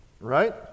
Right